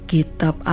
Kitab